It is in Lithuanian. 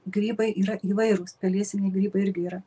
grybai yra įvairūs pelėsiniai grybai irgi yra